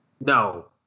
no